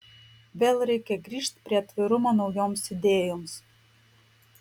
vėl reikia grįžt prie atvirumo naujoms idėjoms